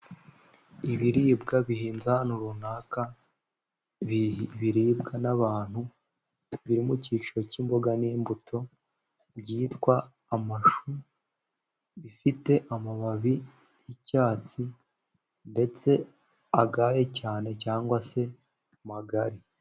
Ibiribwa bihinze ahantu runaka biribwa n'abantu, biri mu cyiciro cy'imboga n'imbuto byitwa amashu, bifite amababi y'icyatsi ndetse agaye cyane cyangwa se magari.